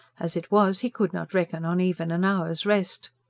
as it was, he could not reckon on even an hour's rest.